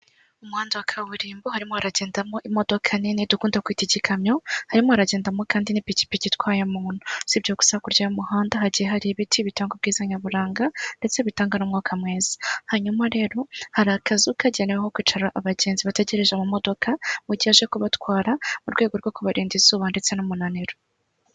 Umuhanda wa kaburimbo harimo haragendamo imodoka nini dukunda kwita igikamyo, harimo haragendamo kandi n'pikipiki itwaye umuntu. Si ibyo gusa hakurya y'umuhanda hagiye hari ibiti bitanga ubwiza nyaburanga ndetse bitanga n'umuka mwiza, hanyuma rero hari akazu kageneweho kwicara abagenzi bategereje amamodoka mu gihe aje kubatwara, mu rwego rwo kubarinda izuba ndetse n'umunaniro.